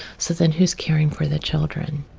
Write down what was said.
so then who's caring for the children?